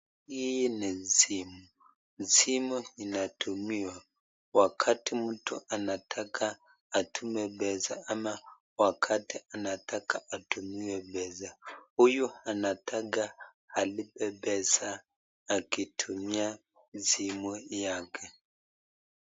Hii ni simu. Simu inatumiwa wakati mtu anataka atuma pesa au wakati anataka atumiwe pesa. Huyu anataka alipe pesa akitumia simu yake.